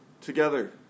together